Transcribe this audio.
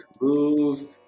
move